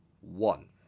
one